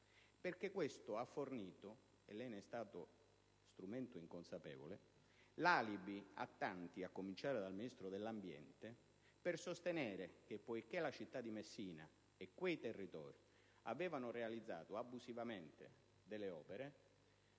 ha infatti fornito - e lei ne è stato strumento inconsapevole - l'alibi a tanti, a cominciare dal Ministro dell'ambiente, per sostenere che, poiché la città di Messina e quei territori avevano realizzato abusivamente delle opere,